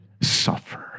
suffer